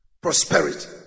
prosperity